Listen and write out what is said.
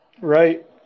Right